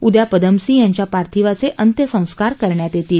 उद्या पदमसी यांच्या पार्थिवाचे अंत्यसंस्कार करण्यात येतील